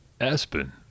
Aspen